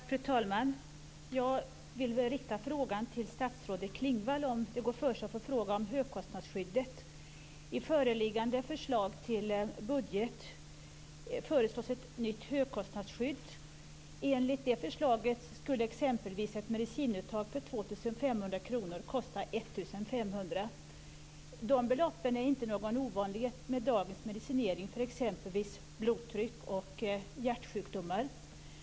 Fru talman! Jag vill rikta frågan till statsrådet I föreliggande förslag till budget föreslås ett nytt högkostnadsskydd. Enligt det förslaget skulle t.ex. ett medicinuttag för 2 500 kr kosta 1 500 kr. De beloppen är inte någon ovanlighet med dagens medicinering för t.ex. blodtryck och hjärtsjukdomar.